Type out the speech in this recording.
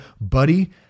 Buddy